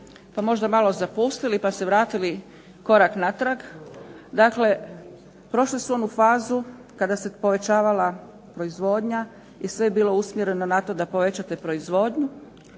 možda malo zapustili, pa se vratili korak natrag. Dakle, prošle su onu fazu kada se povećavala proizvodnja i sve je bilo usmjereno na to da povećate proizvodnju,